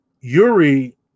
Yuri